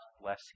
blessing